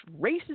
racist